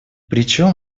причем